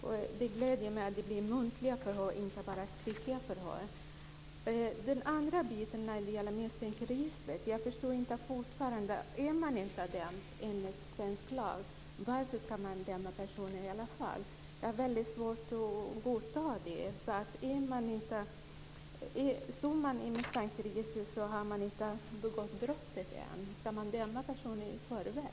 Det gläder mig att det blir muntliga och inte bara skriftliga förhör. När det gäller misstankeregistret förstår jag fortfarande inte. Är man inte dömd enligt svensk lag, varför ska då personer dömas i alla fall? Jag har svårt att godta detta. Om en person finns med i misstankeregistret men inte ens har begått något brott ännu, ska man då döma personen i förväg?